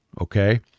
Okay